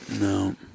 No